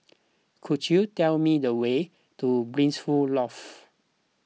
could you tell me the way to Blissful Loft